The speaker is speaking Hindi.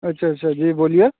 अच्छा अच्छा जी बोलिए